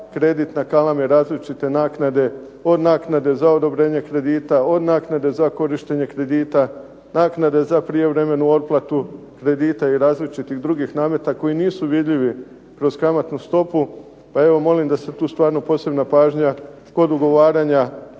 kredit nakaleme različite naknade od naknade za odobrenje kredita, od naknade za korištenje kredita, naknade za prijevremenu otplatu kredita i različitih drugih nameta koji nisu vidljivi kroz kamatnu stopu. Pa evo molim da se tu stvarno posebna pažnja kod ugovaranja